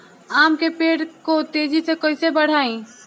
आम के पेड़ को तेजी से कईसे बढ़ाई?